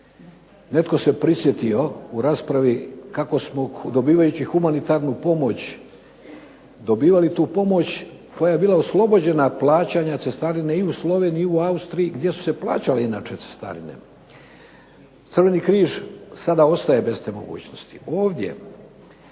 Netko se prisjetio u raspravi kako smo dobivajući humanitarnu pomoć dobivali tu pomoć koja je bila oslobođena plaćanja cestarine i u Sloveniji i Austriji gdje su se plaćale inače cestarine. Crveni križ sada ostaje bez te mogućnosti. Ovdje